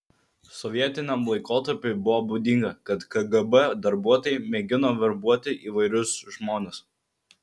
sovietiniam laikotarpiui buvo būdinga kad kgb darbuotojai mėgino verbuoti įvairius žmones